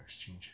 exchange